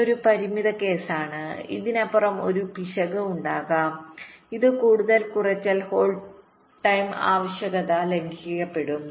ഇതൊരു പരിമിത കേസാണ് ഇതിനപ്പുറം ഒരു പിശക് ഉണ്ടാകും ഇത് കൂടുതൽ കുറച്ചാൽ ഹോൾഡ് സമയം ആവശ്യകത ലംഘിക്കപ്പെടും